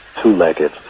two-legged